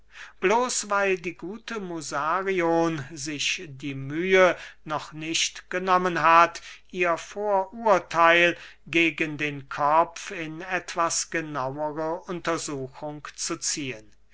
bloß weil die gute musarion sich die mühe noch nicht genommen hat ihr vorurtheil gegen den kopf in etwas genauere untersuchung zu ziehen